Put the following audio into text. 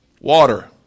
Water